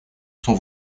son